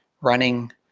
running